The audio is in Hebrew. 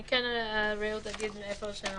אני רק אגיד את שתי